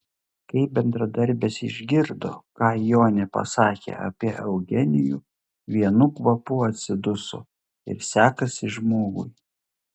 kai bendradarbės išgirdo ką jonė pasakė apie eugenijų vienu kvapu atsiduso ir sekasi žmogui